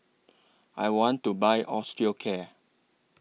I want to Buy Osteocare